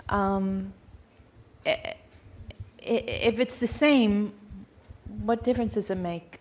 if it's the same what difference does it make